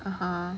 uh-huh